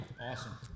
Awesome